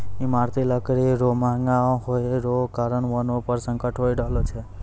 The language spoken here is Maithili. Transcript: ईमारती लकड़ी रो महगा होय रो कारण वनो पर संकट होय रहलो छै